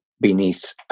beneath